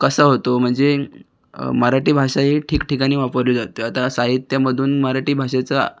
कसा होतो म्हणजे मराठी भाषा ही ठिकठिकाणी वापरली जाते आता साहित्यमधून मराठी भाषेचा